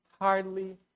hardly